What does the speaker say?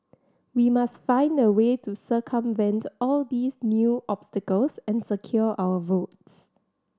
we must find a way to circumvent all these new obstacles and secure our votes